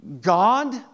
God